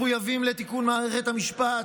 אנחנו מחויבים לתיקון מערכת המשפט,